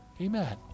Amen